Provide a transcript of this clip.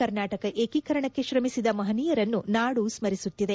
ಕರ್ನಾಟಕ ಏಕೀಕರಣಕ್ಕೆ ಶ್ರಮಿಸಿದ ಮಹನೀಯರನ್ನು ನಾಡು ಸ್ಪರಿಸುತ್ತಿದೆ